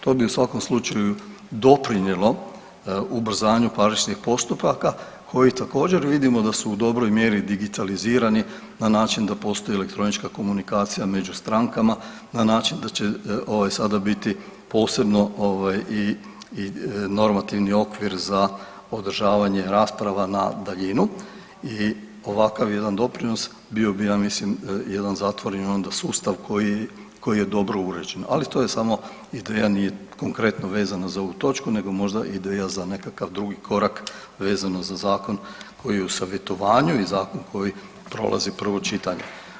To bi u svakom slučaju doprinjelo ubrzanju parničnih postupaka koji također vidimo da su u dobroj mjeri digitalizirani na način da postoji elektronička komunikacija među strankama na način da će ovaj sada biti posebno ovaj i normativni okvir za održavanje rasprava na daljinu i ovakav jedan doprinos bio bi ja mislim jedan zatvoreni onda sustav koji, koji je dobro uređen, ali to je samo ideja, nije konkretno vezano za ovu točku nego možda ideja za nekakav drugi korak vezano za zakon koji je u savjetovanju i zakon koji prolazi prvo čitanje.